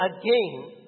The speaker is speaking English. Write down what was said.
again